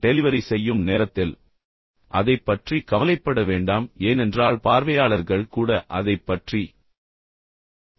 delivery செய்யும் நேரத்தில் அதைப் பற்றி கவலைப்பட வேண்டாம் ஏனென்றால் பார்வையாளர்கள் கூட அதைப் பற்றி அதிகம் கவலைப்படுவதில்லை